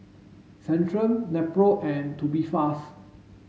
Centrum Nepro and Tubifast